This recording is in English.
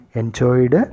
enjoyed